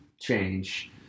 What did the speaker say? change